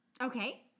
Okay